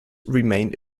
remained